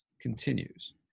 continues